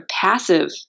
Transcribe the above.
passive